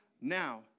now